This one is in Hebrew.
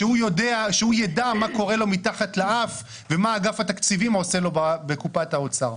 שהוא ידע מה קורה לו מתחת לאף ומה אגף התקציבים עושה לו בקופת האוצר?